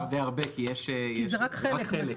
נשאר די הרבה, כי זה רק חלק.